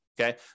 okay